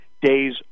days